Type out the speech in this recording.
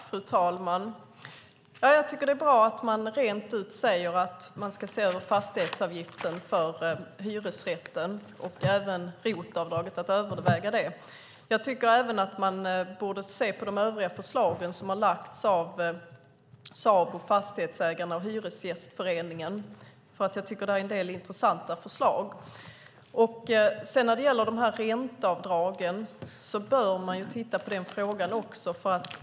Fru talman! Jag tycker att det är bra att man rent ut säger att man ska se över fastighetsavgiften för hyresrätten och även överväga ROT-avdraget. Jag tycker även att man borde se på de övriga förslagen, som har lagts fram av Sabo, Fastighetsägarna och Hyresgästföreningen. Jag tycker att där finns en del intressanta förslag. Frågan om ränteavdragen bör man också titta på.